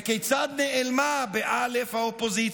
וכיצד נאלמה האופוזיציה?